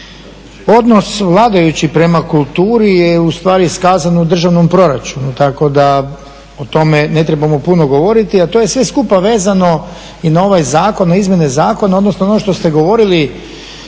Odnos vladajućih prema kulturi je u stvari iskazan u državnom proračunu, tako da o tome ne trebamo puno govoriti, a to je sve skupa vezano i na ovaj zakon o izmjeni zakona, odnosno ono što ste govorili